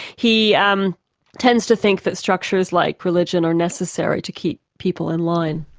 he um tends to think that structures like religion are necessary to keep people in line.